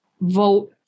vote